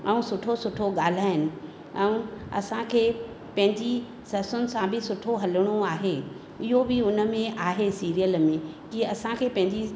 ऐं सुठो सुठो ॻाल्हाइनि ऐं असांखे पंहिंजी ससुनि सां बि सुठो हलिणो आहे इहो बि हुन में आहे सीरियल में की असांखे पंहिंजी